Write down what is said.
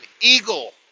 eagle